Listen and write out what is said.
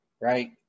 right